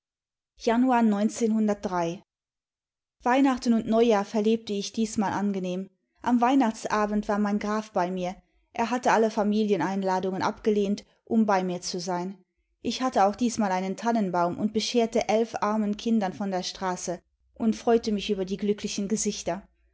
weihnachten imd neujahr verlebte ich diesmal angenehm am weihnachtsabend war mein graf bei mir er hatte alle familieneinladungen abgelehnt um bei mir zu sein ich hatte auch diesmal einen tannenbaum und bescherte elf armen kindern von der straße und freute mich über die glücldichen gesichter